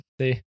See